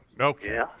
Okay